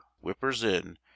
whippers-in